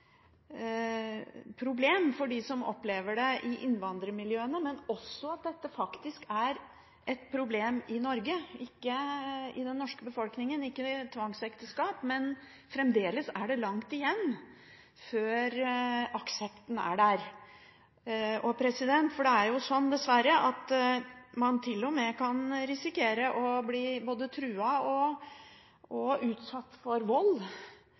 problem for dem som opplever det i innvandrermiljøene, og at det faktisk er et problem i Norge. Tvangsekteskap er ikke et problem i den norske befolkningen, men fremdeles er det langt igjen før aksepten er der. Det er jo dessverre sånn at man til og med kan risikere å bli både truet og utsatt for vold